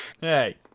Hey